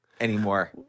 anymore